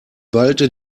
ballte